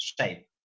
shape